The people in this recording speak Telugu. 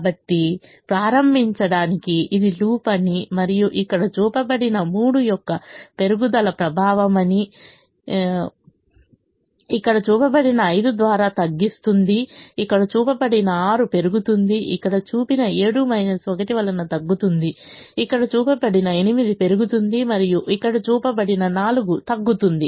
కాబట్టి ప్రారంభించడానికి ఇది లూప్ అని మరియు ఇక్కడ చూపబడిన 3 యొక్క పెరుగుదల ప్రభావం అని ఇక్కడ చూపబడిన 5 ద్వారా తగ్గిస్తుంది ఇక్కడ చూపబడిన 6 పెరుగుతుంది ఇక్కడ చూపిన 7 1 వలన తగ్గుతుంది ఇక్కడ చూపబడిన 8 పెరుగుతుంది మరియు ఇక్కడ చూపబడిన 4 తగ్గుతుంది